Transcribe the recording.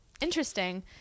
Interesting